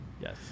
Yes